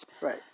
Right